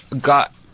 Got